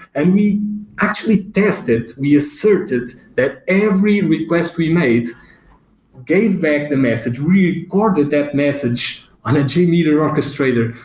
and we actually tested, we asserted that every request we made gave back the message, recorded that message on a jmeter orchestrator.